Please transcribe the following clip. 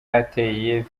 ateye